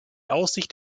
aussicht